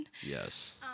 Yes